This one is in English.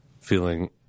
feeling